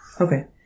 Okay